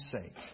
sake